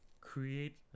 create